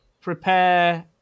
prepare